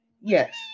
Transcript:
yes